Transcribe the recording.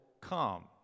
come